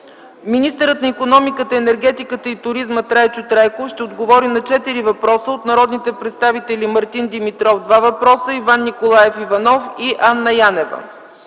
Министърът на икономиката, енергетиката и туризма Трайчо Трайков ще отговори на четири въпроса от народните представители Мартин Димитров – 2 въпроса, Иван Николаев Иванов и Анна Янева.